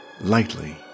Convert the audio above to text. lightly